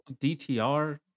dtr